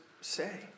say